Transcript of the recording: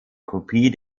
kopie